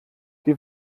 die